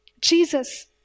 Jesus